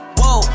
whoa